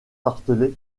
tartelett